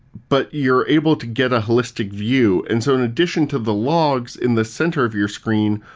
but you're able to get a holistic view. and so in addition to the logs in the center of your screen,